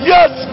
Yes